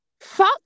Fuck